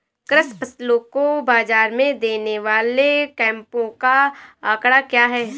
कृषि फसलों को बाज़ार में देने वाले कैंपों का आंकड़ा क्या है?